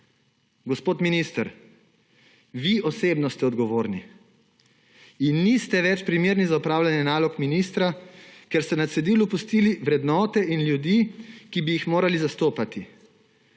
Gospod minister, vi osebno ste odgovorni. In niste več primerni za opravljanje nalog ministra, ker ste na cedilu pustili vrednote in ljudi, ki bi jih morali zastopati.